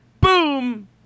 Boom